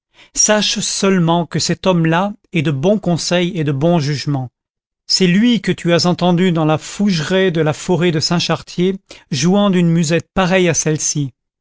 sache seulement que cet homme-là est de bon conseil et de bon jugement c'est lui que tu as entendu dans la fougeraie de la forêt de saint chartier jouant d'une musette pareille à celle-ci